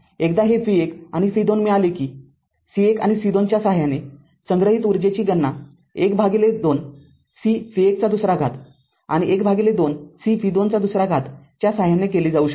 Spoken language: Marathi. एकदा हे v१ आणि v२ मिळाले कि c१ आणि c२ च्या साहाय्याने संग्रहित ऊर्जेची गणना १२ c v १२ आणि १२ c v २२ च्या साहाय्याने केली जाऊ शकते